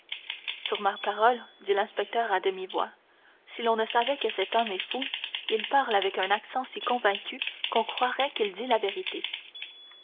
sur ma parole dit l'inspecteur à demi-voix si l'on ne savait que cet homme est fou il parle avec un accent si convaincu qu'on croirait qu'il dit la vérité